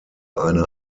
eine